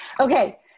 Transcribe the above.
Okay